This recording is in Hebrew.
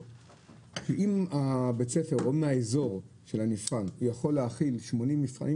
אם הבית ספר או מהאזור של הנבחן יכול להכיל 80 מבחנים,